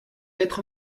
être